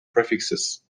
prefixes